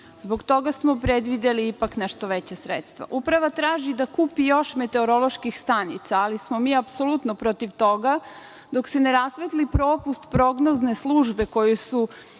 Zbog toga smo predvideli ipak nešto veća sredstva. Uprava traži da kupi još meteoroloških stanica, ali smo mi apsolutno protiv toga, dok se ne rasvetli propust prognozne službe u koju su